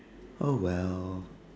oh well